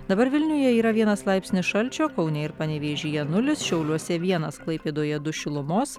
dabar vilniuje yra vienas laipsnis šalčio kaune ir panevėžyje nulis šiauliuose vienas klaipėdoje du šilumos